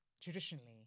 Traditionally